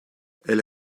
elle